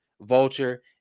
Vulture